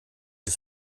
des